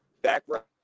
background